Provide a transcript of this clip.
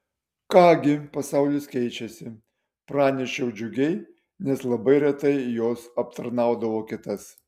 ką gi pasaulis keičiasi pranešiau džiugiai nes labai retai jos aptarnaudavo kitas